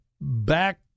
back